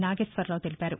నాగేశ్వరరావు తెలిపారు